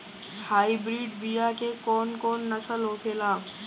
Hybrid बीया के कौन कौन नस्ल होखेला?